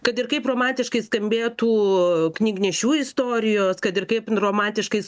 kad ir kaip romantiškai skambėtų knygnešių istorijos kad ir kaip ten romantiškai